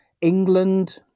England